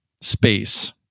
space